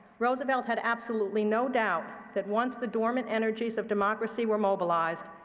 roosevelt had absolutely no doubt that, once the dormant energies of democracy were mobilized,